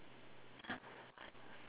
e